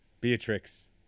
Beatrix